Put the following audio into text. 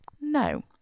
no